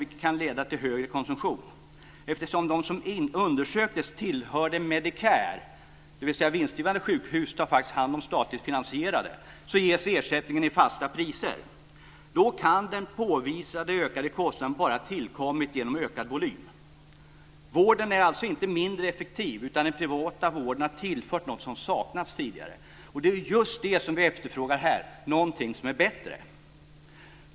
Det kan leda till högre konsumtion. Eftersom de som undersöktes tillhörde Medicare - vinstdrivande sjukhus tar alltså faktiskt hand om statligt finansierade - så ges ersättningen i fasta priser. Då kan den påvisade ökade kostnaden bara ha tillkommit genom ökad volym. Vården är alltså inte mindre effektiv, utan den privata vården har tillfört något som saknats tidigare. Det är just det som vi efterfrågar här - någonting som är bättre.